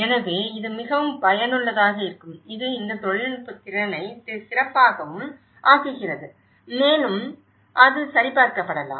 எனவே இது மிகவும் பயனுள்ளதாக இருக்கும் இது இந்த தொழில்நுட்ப திறனை சிறப்பாகவும் ஆக்குகிறது மேலும் அது சரிபார்க்கப்படலாம்